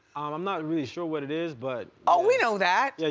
i'm not really sure what it is, but oh, we know that! yeah